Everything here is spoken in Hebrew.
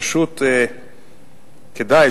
פשוט כדאי,